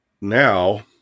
now